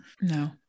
no